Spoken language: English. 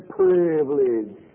privilege